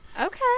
Okay